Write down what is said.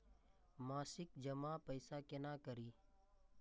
मासिक जमा पैसा केना करी?